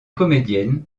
comédienne